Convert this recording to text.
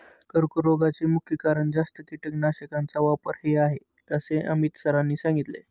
कर्करोगाचे मुख्य कारण जास्त कीटकनाशकांचा वापर हे आहे असे अमित सरांनी सांगितले